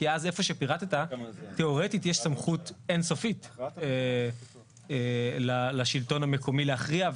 כי אז איפה שפירטת תיאורטית יש סמכות אין סופית לשלטון המקומי להכריע.